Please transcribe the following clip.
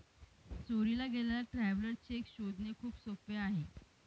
चोरी गेलेला traveller cheque शोधणे खूप सोपे आहे